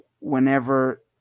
Whenever